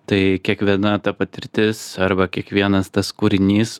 tai kiekviena ta patirtis arba kiekvienas tas kūrinys